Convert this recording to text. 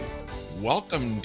Welcome